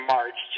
March